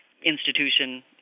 institution